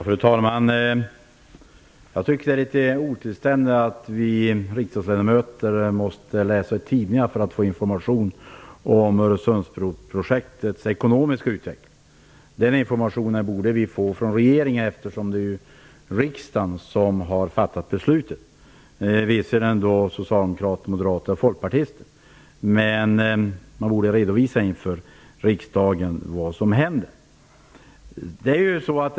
Fru talman! Jag tycker att det är litet otillständigt att vi riksdagsledamöter måste läsa tidningar för att få information om Öresundsbroprojektets ekonomiska utveckling. Den informationen borde vi få från regeringen, eftersom det är riksdagen som har fattat beslutet - även om det var socialdemokrater, moderater och folkpartister. Regeringen borde redovisa inför riksdagen vad som händer.